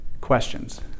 Questions